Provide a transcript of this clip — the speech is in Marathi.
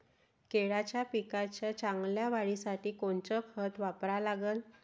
केळाच्या पिकाच्या चांगल्या वाढीसाठी कोनचं खत वापरा लागन?